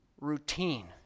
routine